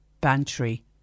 Bantry